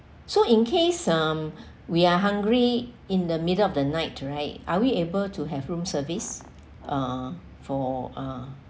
so in case um we are hungry in the middle of the night right are we able to have room service uh for uh